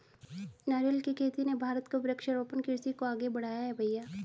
नारियल की खेती ने भारत को वृक्षारोपण कृषि को आगे बढ़ाया है भईया